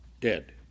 Dead